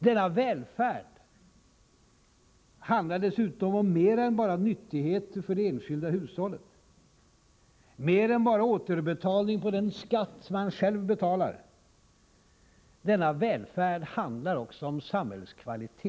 Denna välfärd handlar dessutom om mera än bara nyttigheter för det enskilda hushållet, mer än bara återbetalning på den skatt man själv betalar. Denna välfärd handlar också om samhällskvalitet.